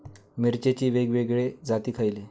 मिरचीचे वेगवेगळे जाती खयले?